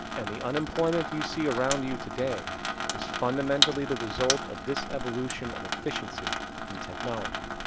and the unemployment you see around you today is fundamentally the result of this evolution of efficiency in technology.